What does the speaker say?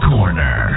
Corner